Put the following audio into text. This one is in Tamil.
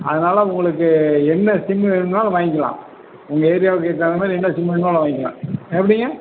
அதனால் உங்களுக்கு என்ன சிம் வேணும்னாலும் வாங்கிக்கலாம் உங்கள் ஏரியாவுக்கு ஏற்ற மாதிரி என்ன சிம் வேணும்னாலும் வாங்கிக்கலாம் எப்படிங்க